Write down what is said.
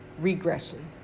regression